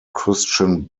christian